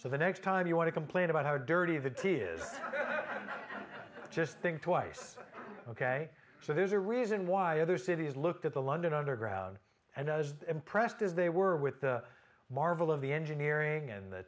so the next time you want to complain about how dirty the tea is just think twice ok so there's a reason why other cities looked at the london underground and as impressed as they were with the marvel of the engineering and the